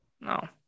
No